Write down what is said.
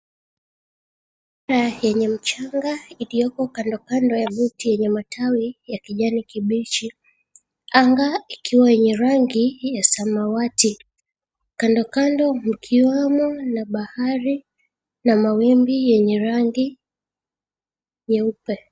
Kanta yenye mchanga iliyoko kandokando ya mti yenye matawi ya kijani kibichi. Anga ikiwa yenye rangi ya samawati. Kandokando mkiwamo na bahari na mawimbi yenye rangi nyeupe.